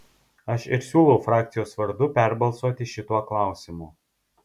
aš ir siūlau frakcijos vardu perbalsuoti šituo klausimu